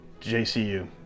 JCU